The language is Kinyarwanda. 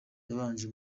yabanje